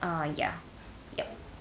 ah ya ya